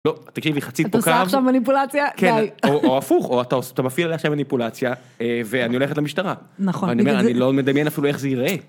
תקשיבי חצי תוקף, אתה עושה עכשיו מניפולציה? כן, או הפוך, או אתה מפעיל עלייך שם מניפולציה, ואני הולכת למשטרה. נכון. ואני אומר, אני לא מדמיין אפילו איך זה ייראה.